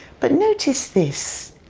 but notice this.